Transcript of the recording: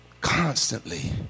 constantly